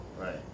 Right